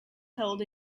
held